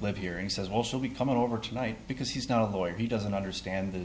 live here and says also be coming over tonight because he's not a lawyer he doesn't understand the